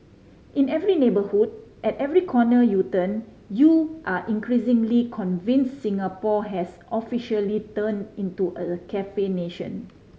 in every neighbourhood at every corner you turn you are increasingly convinced Singapore has officially turned into a cafe nation